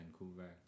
Vancouver